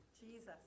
Jesus